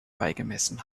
beigemessen